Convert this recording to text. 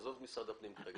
עזוב את משרד הפנים כרגע.